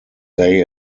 they